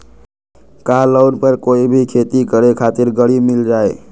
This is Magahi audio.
का लोन पर कोई भी खेती करें खातिर गरी मिल जाइ?